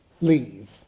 leave